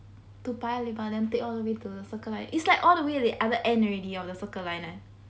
to paya lebar then take all the way to the circle line it's like all the way at the other end orh the circle line eh